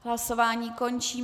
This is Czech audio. Hlasování končím.